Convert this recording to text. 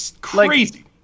Crazy